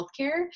healthcare